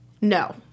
no